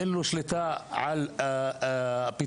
אין לו שליטה על הפיתוח,